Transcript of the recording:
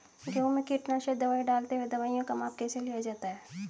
गेहूँ में कीटनाशक दवाई डालते हुऐ दवाईयों का माप कैसे लिया जाता है?